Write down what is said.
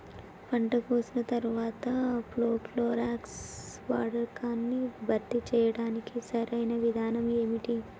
పంట కోసిన తర్వాత ప్రోక్లోరాక్స్ వాడకాన్ని భర్తీ చేయడానికి సరియైన విధానం ఏమిటి?